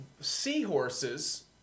Seahorses